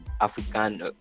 African